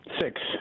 Six